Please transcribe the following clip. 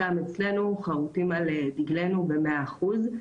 גם אצלנו חרותים על דגלנו במאה אחוז.